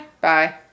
Bye